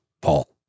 Paul